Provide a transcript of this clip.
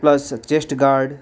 plus chest guard